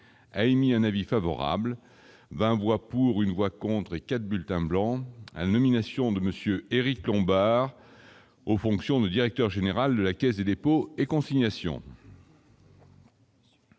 a émis un avis favorable 20 voix pour, une voix contre et 4 bulletins blancs à la nomination de Monsieur Éric Lombard aux fonctions de directeur général de la Caisse des dépôts et consignations.